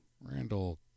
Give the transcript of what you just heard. Randall